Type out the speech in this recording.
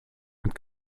und